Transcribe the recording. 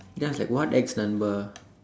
ya then I was like what ex number